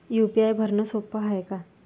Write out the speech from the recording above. UPI भरनं सोप हाय का?